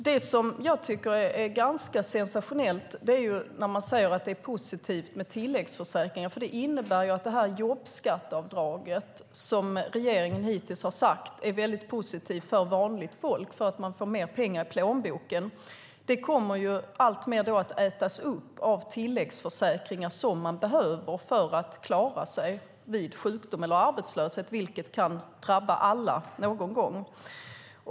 Det som är ganska sensationellt är när man säger att det är positivt med tilläggsförsäkringar. Det innebär nämligen att det jobbskatteavdrag som regeringen hittills har sagt är mycket positivt för vanligt folk för att man får mer pengar i plånboken alltmer kommer att ätas upp av tilläggsförsäkringar som man behöver för att klara sig vid sjukdom eller arbetslöshet, vilket kan drabba alla någon gång.